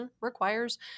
requires